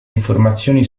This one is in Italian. informazioni